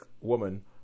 woman